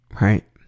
right